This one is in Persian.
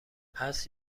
هست